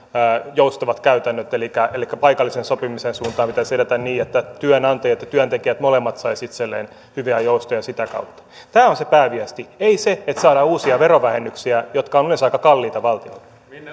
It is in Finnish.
joustavat käytännöt elikkä elikkä paikallisen sopimisen suuntaan pitäisi edetä niin että työnantajat ja työntekijät molemmat saisivat itselleen hyviä joustoja sitä kautta tämä on se pääviesti ei se että saadaan uusia verovähennyksiä jotka ovat myös aika kalliita valtiolle